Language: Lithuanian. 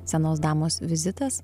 senos damos vizitas